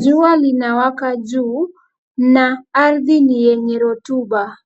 Jua linawaka juu na ardhi ni yenye rutuba.